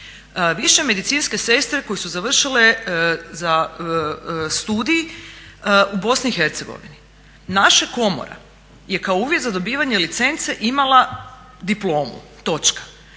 više medicinske sestre koje su završile studij u Bosni i Hercegovini. Naša komora je kao uvjet za dobivanje licence imala diplomu. Kada